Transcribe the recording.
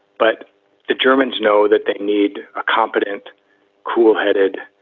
but the germans know that they need a competent cool-headed,